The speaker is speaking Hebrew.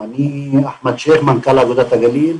אני אחמד שייח, מנכ"ל אגודת הגליל,